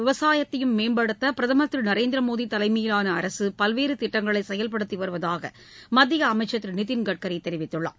விவசாயத்தையும் மேம்படுத்த பிரதமர் திரு நரேந்திர மோடி தலைமையிலான அரசு பல்வேறு திட்டங்களை செயல்படுத்தி வருவதாக மத்திய அமைச்சர் திரு நிதின் கட்கரி தெரிவித்துள்ளார்